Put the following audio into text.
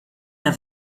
mehr